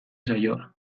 saioa